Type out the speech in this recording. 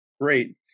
great